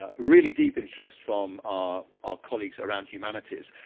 ah really deep interest from our colleagues around humanities.